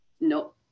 No